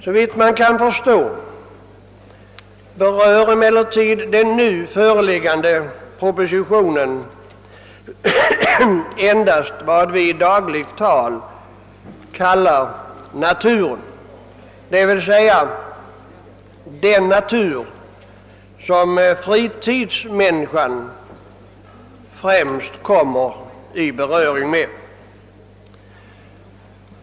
Såvitt jag kan förstå berör emellertid den nu föreliggande propositionen endast vad vi i dagligt tal kallar natur, d.v.s. den natur som fritidsmänniskan främst kommer i kontakt med.